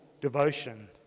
devotion